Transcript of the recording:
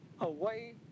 away